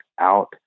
out